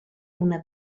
una